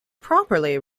properly